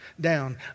down